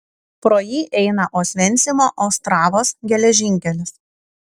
pro jį eina osvencimo ostravos geležinkelis